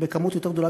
במספר יותר גדול.